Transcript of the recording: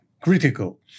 critical